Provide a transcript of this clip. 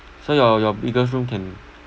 so your your biggest room can